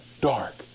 dark